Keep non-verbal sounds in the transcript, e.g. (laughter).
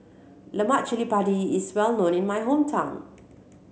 Lemak (unintelligible) Padi is well known in my hometown